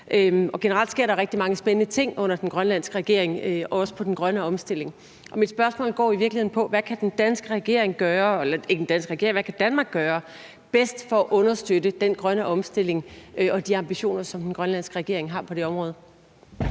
og generelt sker der rigtig mange spændende ting under den grønlandske regering, også inden for den grønne omstilling. Og mit spørgsmål går jo i virkeligheden på: Hvad kan Danmark bedst gøre for at understøtte den grønne omstilling og de ambitioner, som den grønlandske regering har på det område?